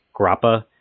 grappa